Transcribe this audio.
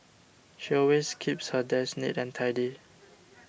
she always keeps her desk neat and tidy